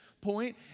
point